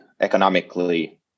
economically